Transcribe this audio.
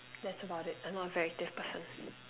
that's about it I'm not a very active person